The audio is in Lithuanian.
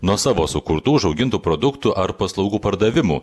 nuo savo sukurtų užaugintų produktų ar paslaugų pardavimų